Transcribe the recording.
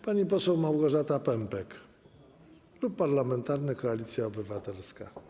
Pani poseł Małgorzata Pępek, Klub Parlamentarny Koalicja Obywatelska.